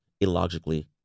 illogically